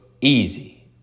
easy